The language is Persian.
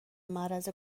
معرض